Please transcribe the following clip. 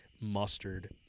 mustard